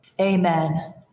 amen